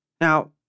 Now